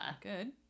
Good